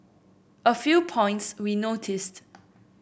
a few points we noticed